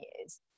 years